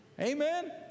Amen